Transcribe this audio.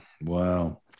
Wow